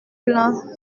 plein